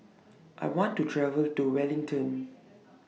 I want to travel to Wellington